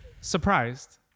surprised